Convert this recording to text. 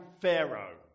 Pharaoh